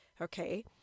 okay